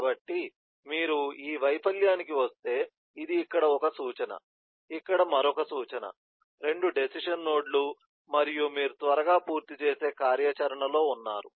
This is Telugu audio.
కాబట్టి మీరు ఈ వైఫల్యానికి వస్తే ఇది ఇక్కడ ఒక సూచన ఇక్కడ మరొక సూచన 2 డెసిషన్ నోడ్ లు మరియు మీరు త్వరగా పూర్తి చేసే కార్యాచరణలో ఉన్నారు